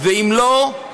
ואם לא,